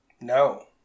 No